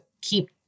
keep